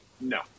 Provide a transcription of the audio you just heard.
no